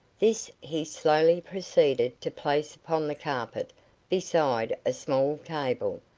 this he slowly proceeded to place upon the carpet beside a small table,